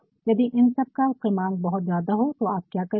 यदि इन सबका क्रमांक बहुत ज्यादा हो तो आप क्या करेंगे